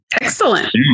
Excellent